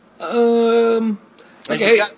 okay